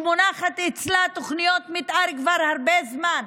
שמונחות אצלה תוכניות מתאר כבר הרבה זמן,